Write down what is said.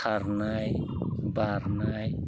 खारनाय बारनाय